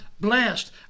blessed